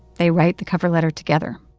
they write the cover letter together.